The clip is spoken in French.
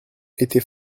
était